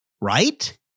right